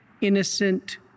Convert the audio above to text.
innocent